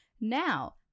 Now